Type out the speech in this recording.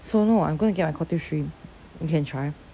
so no I'm going to get my cocktail shrimp you can try